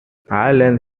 ireland